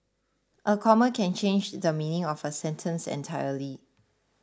a comma can change the meaning of a sentence entirely